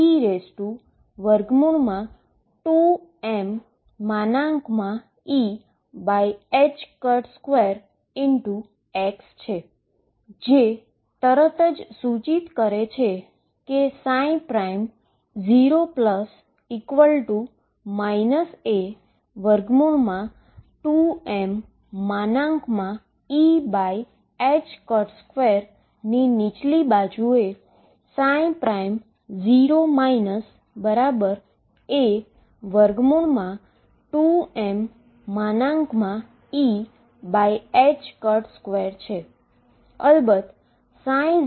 તેથી આ તરત જ સૂચિત કરે છે કે 0 A2mE 2 ની નીચલી બાજુ 0 A2mE2 છે અલબત્ત ψ માટે A પણ